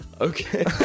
Okay